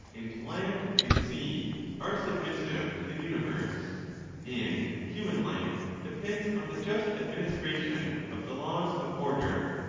and land and sea are sub missive to the universe and human life depends on the just administration of the laws of order.